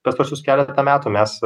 pastaruosius keletą metų mes